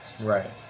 Right